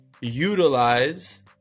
utilize